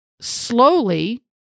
slowly